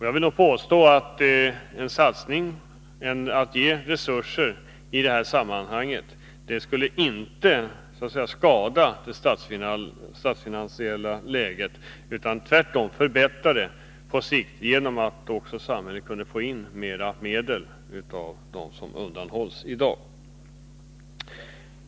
Jag vill påstå att en satsning på resurser i detta sammanhang inte skulle skada det statsfinansiella läget, utan tvärtom förbättra det på sikt, genom att samhället också kunde få in mera medel av dem som undanhålls i dag.